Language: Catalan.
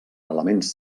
elements